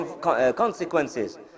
consequences